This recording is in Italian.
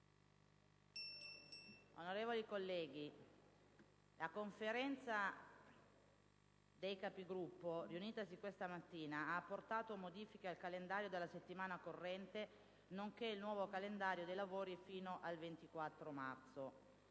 Onorevoli colleghi, la Conferenza dei Capigruppo, riunitasi questa mattina, ha approvato modifiche al calendario della settimana corrente nonché il nuovo calendario dei lavori fino al 24 marzo.